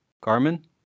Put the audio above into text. Carmen